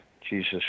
Jesus